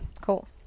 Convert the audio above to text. Cool